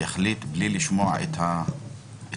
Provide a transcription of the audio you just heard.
יחליט בלי לשמוע את הנאמן?